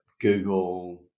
Google